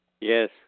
Yes